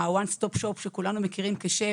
One stop shop שכולנו מכירים כשם